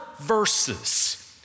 verses